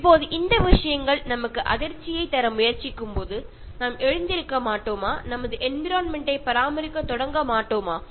இப்போது இந்த விஷயங்கள் நமக்கு அதிர்ச்சியைத் தர முயற்சிக்கும்போது நாம் எழுந்திருக்க மாட்டோமா நமது என்விரொண்மெண்ட் டை பராமரிக்கத் தொடங்க மாட்டோமா